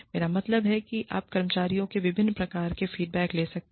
मेरा मतलब है कि आप कर्मचारियों से विभिन्न प्रकार के फीडबैक ले सकते हैं